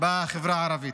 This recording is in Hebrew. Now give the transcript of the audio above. בחברה הערבית.